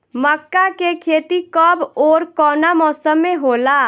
मका के खेती कब ओर कवना मौसम में होला?